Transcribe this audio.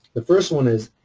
the first one is